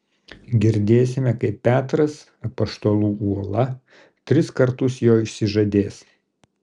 girdėsime kaip petras apaštalų uola tris kartus jo išsižadės